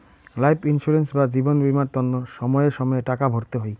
life insurance বা জীবন বীমার তন্ন সময়ে সময়ে টাকা ভরতে হই